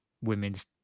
women's